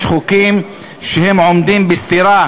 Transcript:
יש חוקים שעומדים בסתירה